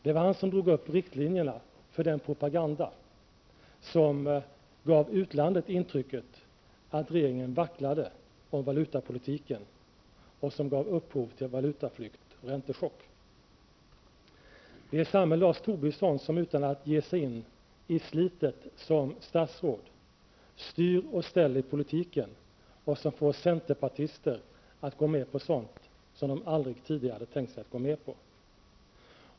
Det var han som drog upp riktlinjerna för den propaganda som gjort att man i utlandet har fått det intrycket att regeringen vacklade om valutapolitiken och som gav upphov till valutaflykt och räntechock. Det är samme Lars Tobisson som, utan att ge sig in i slitet som statsråd, styr och ställer i politiken och som får centerpartister att gå med på sådant som de aldrig tidigare hade kunnat tänka sig att gå med på.